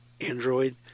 Android